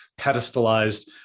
pedestalized